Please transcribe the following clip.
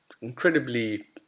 incredibly